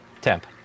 temp